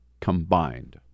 combined